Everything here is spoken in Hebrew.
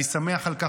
אני שמח על כך.